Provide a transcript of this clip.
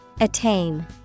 Attain